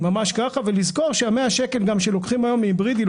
וה-100 שקל שלוקחים היום מהיברידי,